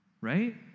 right